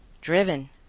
Driven